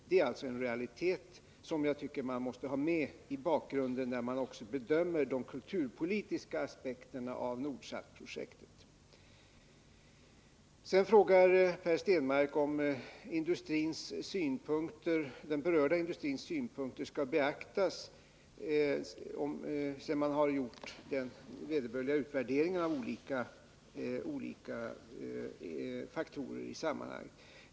Det är en realitet som jag tycker att man måste ha med i bakgrunden, när man bedömer de Vidare frågade Per Stenmarck om den berörda industrins synpunkter skall beaktas, sedan man har gjort den vederbörliga utvärderingen av olika faktorer i sammanhanget.